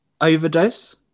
overdose